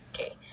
okay